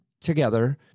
together